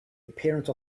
appearance